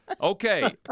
Okay